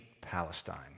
Palestine